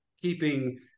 keeping